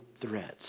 threats